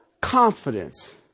confidence